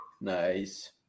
Nice